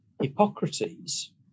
Hippocrates